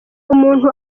umuntu